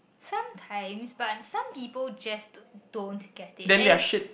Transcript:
sometimes but some people just don't get it and